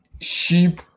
Sheep